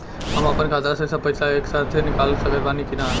हम आपन खाता से सब पैसा एके साथे निकाल सकत बानी की ना?